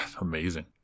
amazing